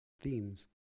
themes